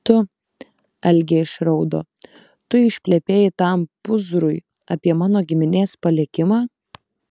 tu algė išraudo tu išplepėjai tam pūzrui apie mano giminės palikimą